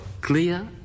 clear